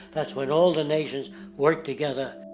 that's when all the nations work together.